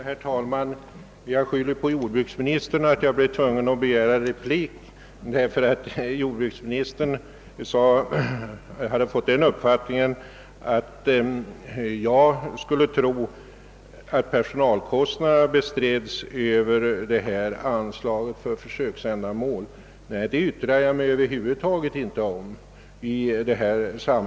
Herr talman! Jag skyller på jordbruksministern att jag blev tvungen att begära replik. Jordbruksministern hade fått den uppfattningen att jag trodde att personalkostnaderna bestrids över anslaget till försöksändamål. Det yttrade jag mig över huvud taget inte om.